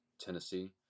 Tennessee